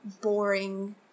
boring